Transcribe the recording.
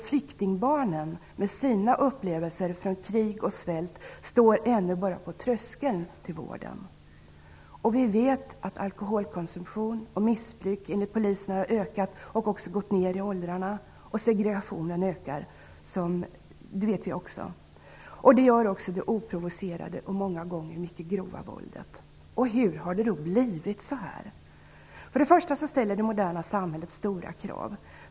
Flyktingbarnen med sina upplevelser från krig och svält står ännu bara på tröskeln till vården. Vi vet att alkoholmissbruk har ökat enligt polisen och även gått nedåt i åldrarna. Vi vet också att segregationen ökar. Det gör även det oprovocerade och många gånger mycket grova våldet. Hur har det då blivit så här? Först och främst ställer det moderna samhället stora krav.